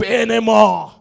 anymore